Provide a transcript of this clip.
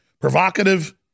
provocative